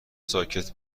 ساکت